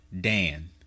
Dan